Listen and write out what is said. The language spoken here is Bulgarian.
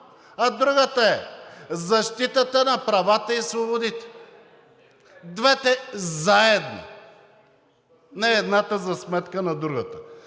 а другата е защитата на правата и свободите – двете заедно, не едната за сметка на другата!